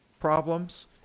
problems